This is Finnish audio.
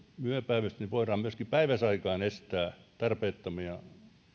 yöpäivystys niin voidaan myöskin päiväsaikaan estää tarpeettomia